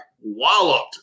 walloped